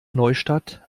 neustadt